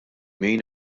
min